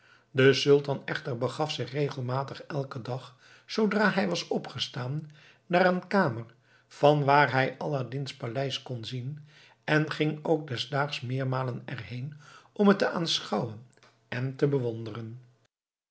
de sultan echter begaf zich regelmatig elken dag zoodra hij was opgestaan naar een kamer vanwaar hij aladdin's paleis kon zien en ging ook des daags meermalen erheen om het te aanschouwen en te bewonderen